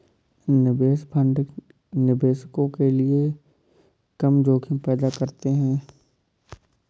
निवेश फंड निवेशकों के लिए कम जोखिम पैदा करते हैं